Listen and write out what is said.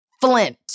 flint